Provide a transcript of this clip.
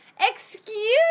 Excuse